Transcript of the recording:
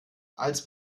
als